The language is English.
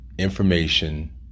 Information